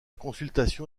consultation